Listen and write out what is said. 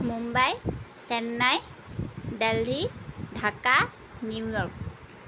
Mumbai Chennai Delhi Dhaka New York